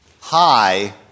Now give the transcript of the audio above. high